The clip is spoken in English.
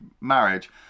marriage